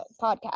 podcast